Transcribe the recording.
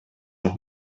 noch